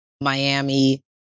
Miami